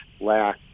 lack